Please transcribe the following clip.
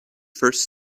first